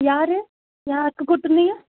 யார் யாருக்கு கொடுத்துருந்தீங்க